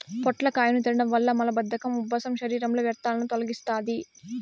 పొట్లకాయను తినడం వల్ల మలబద్ధకం, ఉబ్బసం, శరీరంలో వ్యర్థాలను తొలగిస్తాది